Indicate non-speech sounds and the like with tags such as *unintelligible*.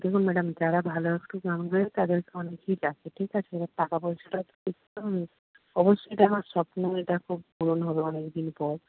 দেখুন ম্যাডাম যারা ভালো একটু গান গায় তাদেরকে অনেকেই ডাকে ঠিক আছে *unintelligible* টাকা পয়সাটাও তো দেখতে হবে অবশ্যই এটা আমার স্বপ্ন এটা *unintelligible* পূরণ হবে অনেকদিন পর